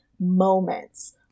moments